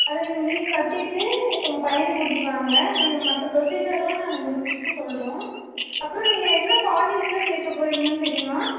அதை நீங்கள் மீதி கட்டிகிட்டு உங்கள் பையனை கூட்டிகிட்டு வாங்க ஏ மற்ற ப்ரோஸிஜர்லாம் நாங்கள் முடிச்சிட்டு சொல்கிறோம் அப்புறம் நீங்கள் எந்த காலேஜில் சேர்க்கப்போறிங்கனு தெரியுமா